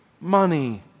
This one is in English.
money